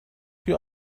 توی